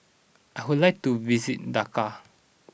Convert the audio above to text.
I would like to visit Dakar